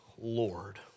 Lord